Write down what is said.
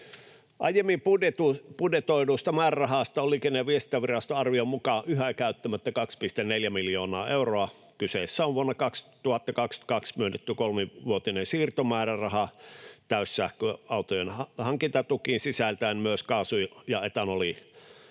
Aiemmin budjetoidusta määrärahasta on Liikenne- ja viestintäviraston arvion mukaan yhä käyttämättä 2,4 miljoonaa euroa. Kyseessä on vuonna 2022 myönnetty kolmivuotinen siirtomääräraha täyssähköautojen hankintatukiin sisältäen myös kaasu- ja etanolikonversioiden